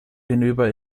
hinüber